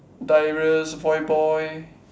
darius voyboy